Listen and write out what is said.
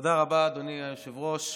תודה רבה, אדוני היושב-ראש.